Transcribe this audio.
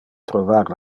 trovar